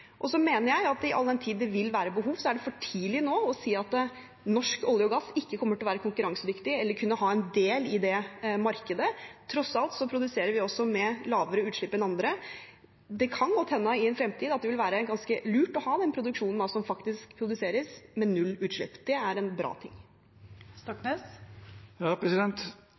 mener at all den tid det vil være behov, er det for tidlig nå å si at norsk olje og gass ikke kommer til å være konkurransedyktig eller kunne ha en del i det markedet – tross alt produserer vi også med lavere utslipp enn andre. Det kan godt hende i en fremtid at det vil være ganske lurt å ha den produksjonen som faktisk gjøres med null utslipp. Det er en bra ting.